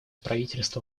правительство